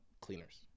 cleaners